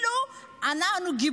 רואים בהסתה כאילו אנחנו גיבורים.